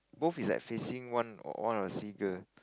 both is like facing one one of the seagull